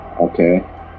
Okay